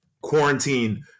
quarantine